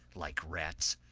like rats,